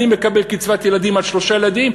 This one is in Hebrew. אני מקבל קצבת ילדים על שלושה ילדים,